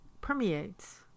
permeates